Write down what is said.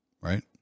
Right